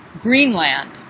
Greenland